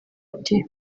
ati